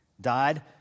died